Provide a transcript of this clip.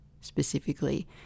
specifically